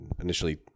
initially